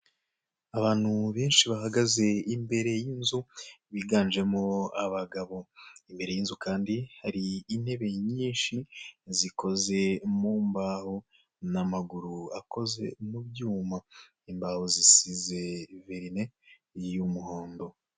Abantu benshi bahagaze imbere y'inzu biganjemo abagabo, imbere y'inzu kandi hari intebe nyinshi zikoze mu mbaho n'amaguru akoze mu byuma, imbaho zisize verine y'umuhondo.